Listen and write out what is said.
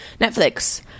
Netflix